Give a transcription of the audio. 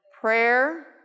prayer